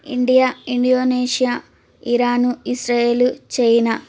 India Indonesia Iran Israel China